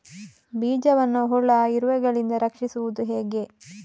ಬೀಜವನ್ನು ಹುಳ, ಇರುವೆಗಳಿಂದ ರಕ್ಷಿಸುವುದು ಹೇಗೆ?